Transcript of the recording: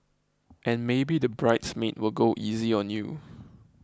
and maybe the bridesmaid will go easy on you